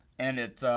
and it